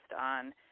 on